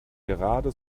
gerade